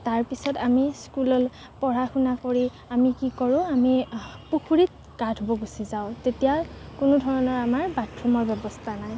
তাৰপিছত আমি স্কুললৈ পঢ়া শুনা কৰি আমি কি কৰোঁ আমি পুখুৰীত গা ধুব গুচি যাওঁ তেতিয়া কোনো ধৰণৰ আমাৰ বাথৰুমৰ ব্যৱস্থা নাই